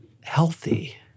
healthy